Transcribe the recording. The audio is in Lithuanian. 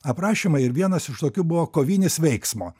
aprašymai ir vienas iš tokių buvo kovinis veiksmo